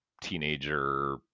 teenager